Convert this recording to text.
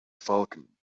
falcon